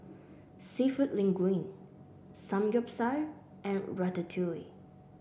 seafood Linguine Samgyeopsal and Ratatouille